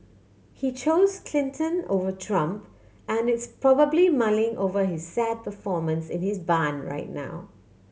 he chose Clinton over Trump and is probably mulling over his sad performance in his barn right now